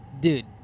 dude